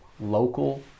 Local